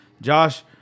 Josh